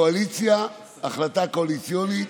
קואליציה, החלטה קואליציונית.